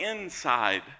inside